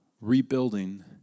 rebuilding